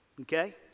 okay